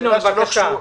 ינון, בבקשה.